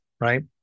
Right